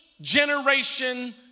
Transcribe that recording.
generation